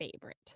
favorite